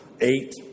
eight